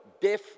deaf